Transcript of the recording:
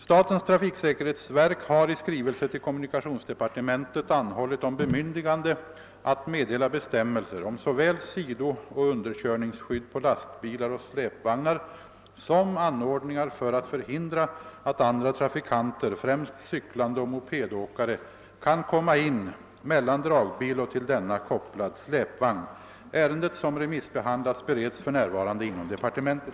Statens trafiksäkerhetsverk har i skrivelse till kommunikationsdepartementet anhållit om bemyndigande att meddela bestämmelser om såväl sidooch underkörningsskydd på lastbilar och släpvagnar som anordningar för att förhindra att andra trafikanter, främst cyklande och mopedåkare, kan komma in mellan dragbil och till denna kopplad släpvagn. Ärendet, som remissbehandlats, bereds för närvarande inom departementet.